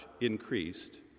increased